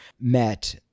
met